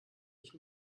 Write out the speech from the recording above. ich